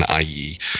IE